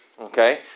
okay